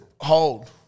hold-